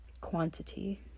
quantity